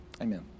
amen